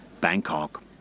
Bangkok